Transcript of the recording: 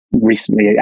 recently